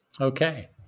Okay